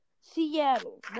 Seattle